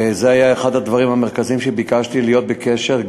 וזה היה אחד הדברים המרכזיים שביקשתי, להיות בקשר.